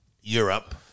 Europe